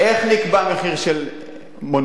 איך נקבע מחיר של מונופול?